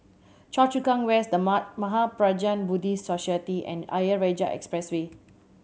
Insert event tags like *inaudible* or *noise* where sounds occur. Choa Chu Kang West The *unintelligible* Mahaprajna Buddhist Society and Ayer Rajah Expressway